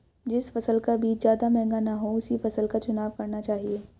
जिस फसल का बीज ज्यादा महंगा ना हो उसी फसल का चुनाव करना चाहिए